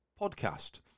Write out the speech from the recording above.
podcast